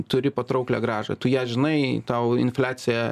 turi patrauklią grąžą tu ją žinai tau infliacija